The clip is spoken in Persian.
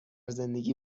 زندگی